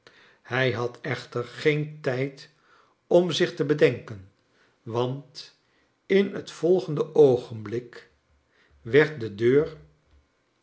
hij had echter geen tijd om zich te bedenken want in het volgende oogenblik werd de deur